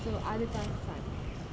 so அதுக்காகதா:athukkaagathaa